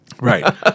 right